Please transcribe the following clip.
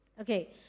Okay